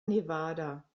nevada